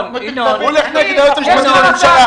הוא הולך נגד היועץ המשפטי לממשלה.